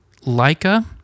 Leica